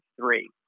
three